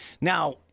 Now